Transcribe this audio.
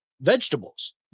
vegetables